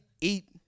eat